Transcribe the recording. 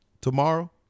tomorrow